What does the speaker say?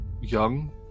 young